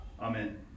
Amen